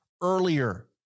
earlier